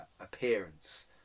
appearance